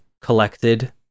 collected